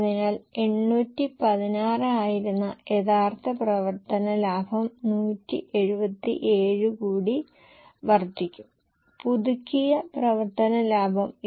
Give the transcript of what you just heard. പാറ്റ് equity dividend retained earnings മറ്റും പോലെ ഉള്ള കണക്കുകൾക്ക് മാറ്റമില്ല